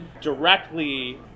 directly